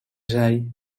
zei